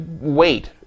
wait